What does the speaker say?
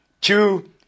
Two